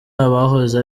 abahoze